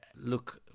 look